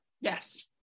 Yes